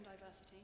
diversity